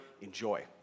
enjoy